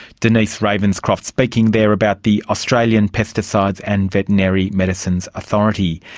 denise ravenscroft, speaking thereabout the australian pesticides and veterinary medicines authority.